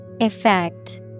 Effect